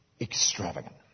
extravagant